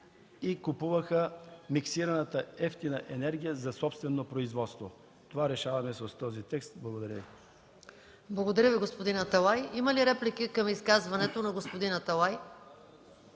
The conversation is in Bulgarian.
и купуваха миксираната евтина енергия за собствено производство. Това решаваме с този текст. Благодаря Ви. ПРЕДСЕДАТЕЛ МАЯ МАНОЛОВА: Благодаря Ви, господин Аталай. Има ли реплики към изказването на господин Аталай?